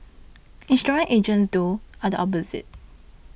insurance agents though are the opposite